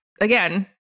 again